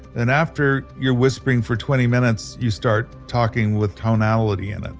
then after you're whispering for twenty minutes, you start talking with tonality in it.